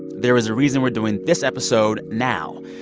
there is a reason we're doing this episode now.